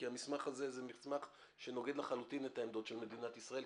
כי המסמך הזה הוא מסמך שנוגד לחלוטין את העמדות של מדינת ישראל,